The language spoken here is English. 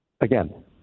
again